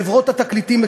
חברות התקליטים,